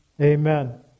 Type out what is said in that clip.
amen